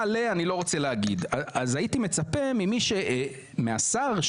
הייתי מצפה מהשר,